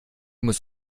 muss